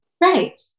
Right